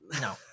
No